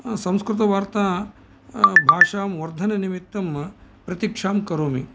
संस्कृतवार्ता भाषां वर्धननिमित्तं प्रतिक्षां करोमि